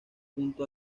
junto